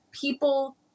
People